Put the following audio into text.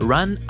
Run